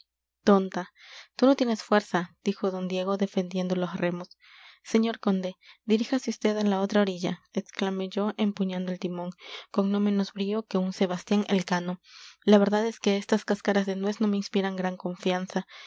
tonta tú no tienes fuerza dijo d diego defendiendo los remos señor conde diríjase vd a la otra orilla exclamé yo empuñando el timón con no menos brío que un sebastián elcano la verdad es que estas cáscaras de nuez no me inspiran gran confianza